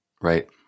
Right